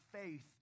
faith